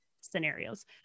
scenarios